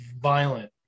violent